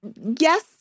yes